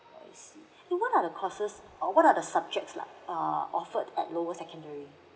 I see so what are the courses or what are the subjects lah uh offered at lower secondary